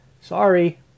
sorry